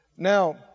Now